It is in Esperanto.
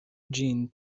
ĝin